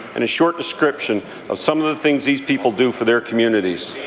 and a short description of some of the things these people do for their communities.